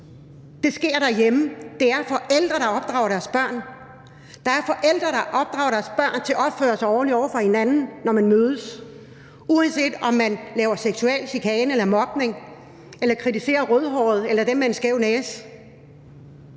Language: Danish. Det sker derhjemme. Det er forældre, der opdrager deres børn. Det er forældre, der opdrager deres børn til at opføre sig ordentligt over for hinanden, når man mødes. Uanset om man laver seksuel chikane eller mobning eller kritiserer rødhårede eller dem med en skæv næse,